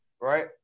right